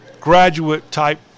graduate-type